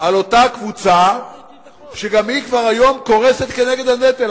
אותה קבוצה שגם היום היא כבר קורסת תחת הנטל.